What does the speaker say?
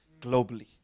globally